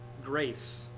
grace